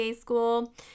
school